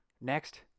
Next